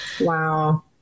Wow